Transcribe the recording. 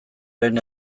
lehen